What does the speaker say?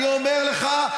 אני אומר לך,